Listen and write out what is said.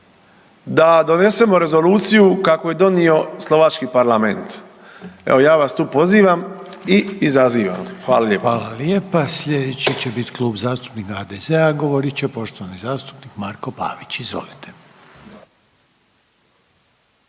da donesemo rezoluciju kakvu je donio slovački parlament. Evo ja vas tu pozivam i izazivam. Hvala lijepo.